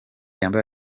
yambaye